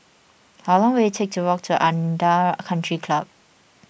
how long will it take to walk to Aranda Country Club